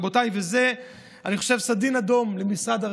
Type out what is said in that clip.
רבותיי, זה סדין אדום למשרד הרווחה.